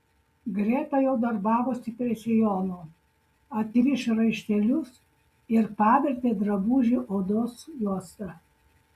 greta jau darbavosi prie sijono atrišo raištelius ir pavertė drabužį odos juosta